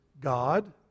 God